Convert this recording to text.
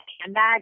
handbag